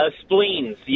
spleens